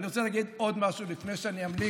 אני רוצה עוד להגיד עוד משהו, לפני שאני אמליץ